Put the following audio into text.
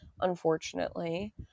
unfortunately